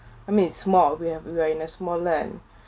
I mean it's small we have we are in a small land